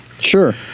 Sure